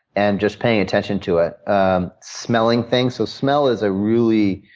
and just paying attention to it, and smelling things. so smell is a really